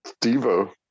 Devo